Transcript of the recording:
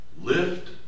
Lift